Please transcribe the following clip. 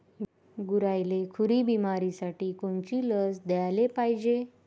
गुरांइले खुरी बिमारीसाठी कोनची लस द्याले पायजे?